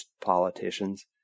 politicians